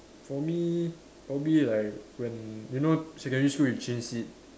for me probably like when you know secondary school you change seat